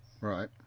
right